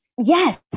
Yes